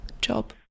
job